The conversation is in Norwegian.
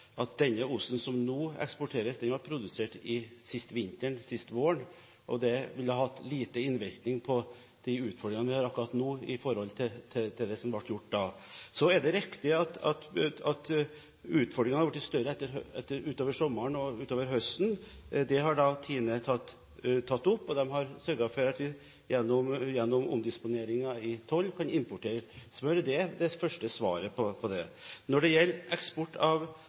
som nå eksporteres, ble produsert sist vinter, sist vår, og har liten innvirkning på de utfordringene vi har akkurat nå. Det er riktig at utfordringene er blitt større utover sommeren og høsten. Det har Tine tatt opp, og de har sørget for at vi gjennom omdisponeringer i toll kan importere smør. Det er det første svaret på det. Når det gjelder eksport av